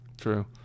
true